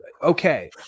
okay